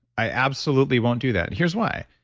i absolutely won't do that. here's why?